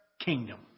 kingdom